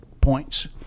points